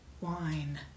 wine